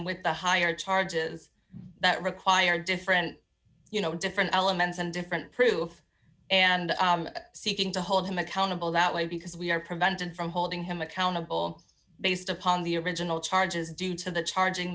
with the higher charges that require different you know different elements and different proof and seeking to hold him accountable that way because we are prevented from holding him accountable based upon the original charges due to the charging